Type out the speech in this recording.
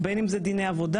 בין אם זה בדיני עבודה,